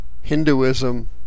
Hinduism